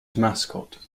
mascot